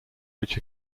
which